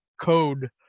code